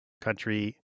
country